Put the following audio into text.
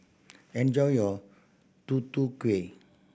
enjoy your Tutu Kueh